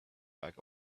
back